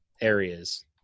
areas